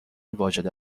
واجد